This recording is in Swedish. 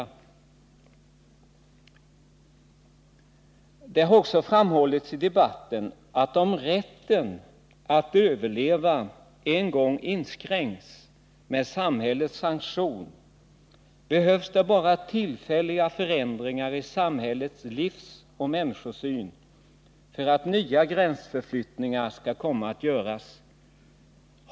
Nr 34 Det har också framhållits i debatten att om rätten att överleva, en gång inskränkts med samhällets sanktion, behövs det bara tillfälliga förändringar i samhällets livsoch människosyn för att nya gränsförflyttningar skall komma att göras.